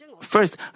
first